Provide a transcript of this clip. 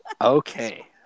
Okay